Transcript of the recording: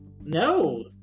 No